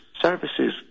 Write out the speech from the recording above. services